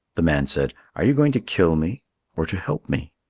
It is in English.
the man said, are you going to kill me or to help me?